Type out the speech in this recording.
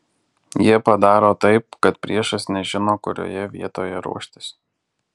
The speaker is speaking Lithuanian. jie padaro taip kad priešas nežino kurioje vietoj ruoštis